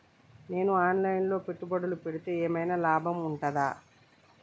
నేను online లో పెట్టుబడులు పెడితే ఏమైనా లాభం ఉంటదా?